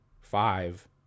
five